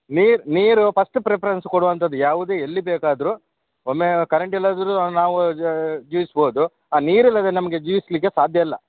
ನೀರು ನೀರು first preference ಕೊಡುವಂತದ್ದು ಯಾವುದೇ ಎಲ್ಲಿ ಬೇಕಾದರೂ ಒಮ್ಮೆ ಕರೆಂಟ್ ಇಲ್ಲಾದರೂ ನಾವು ಜೀವಿಸ್ಬೋದು ಆ ನೀರಿಲ್ಲದೆ ನಮಗೆ ಜೀವಿಸಲಿಕ್ಕೆ ಸಾಧ್ಯ ಇಲ್ಲ